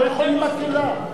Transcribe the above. לא יכולים במקהלה.